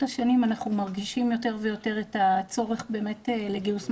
מרגישים יותר ויותר את הצורך לגיוס משאבים,